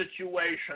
situation